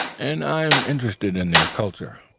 and i am interested in their culture.